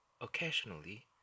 occasionally